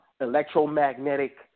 electromagnetic